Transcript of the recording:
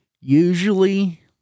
usually